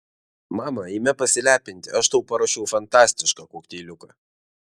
mama eime pasilepinti aš tau paruošiau fantastišką kokteiliuką